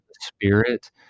spirit